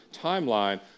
timeline